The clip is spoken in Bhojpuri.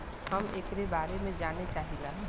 हम एकरे बारे मे जाने चाहीला?